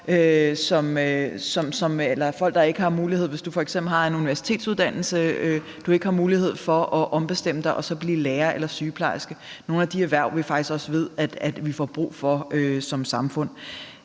eller folk, der f.eks. har en universitetsuddannelse og ikke har mulighed for at ombestemme sig og blive lærer eller sygeplejerske – nogle af de erhverv, vi faktisk også ved vi får brug for som samfund.